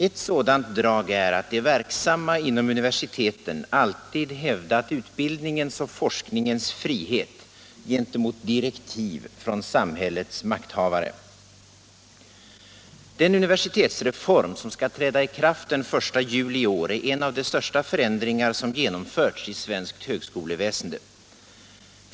Ett sådant drag är att de inom universiteten verksamma alltid hävdat utbildningens och forskningens frihet gentemot direktiv från samhällets makthavare. Den universitetsreform som skall träda i kraft den 1 juli i år är en av de största förändringar som genomförts i svenskt högskoleväsende.